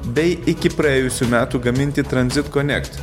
bei iki praėjusių metų gaminti transit connect